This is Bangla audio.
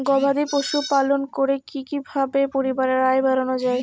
গবাদি পশু পালন করে কি কিভাবে পরিবারের আয় বাড়ানো যায়?